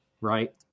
right